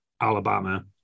Alabama